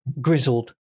grizzled